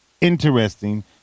interesting